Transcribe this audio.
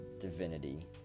divinity